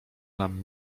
nam